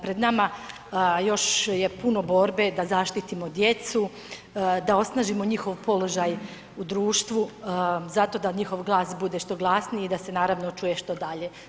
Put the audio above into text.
Pred nama još je puno borbe da zaštitimo djecu, da osnažimo njihov položaj u društvu zato da njihov glas bude što glasniji i da se naravno čuje što dalje.